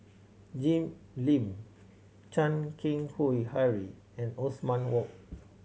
Jim Lim Chan Keng Howe Harry and Othman Wok